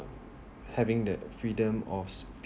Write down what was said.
having that uh freedom of sp~